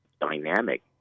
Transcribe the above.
dynamic